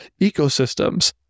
ecosystems